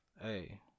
Hey